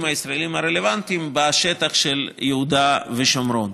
הישראליים הרלוונטיים לשטח של יהודה ושומרון.